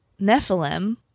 Nephilim